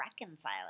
reconcile